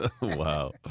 Wow